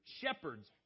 shepherds